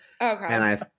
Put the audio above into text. Okay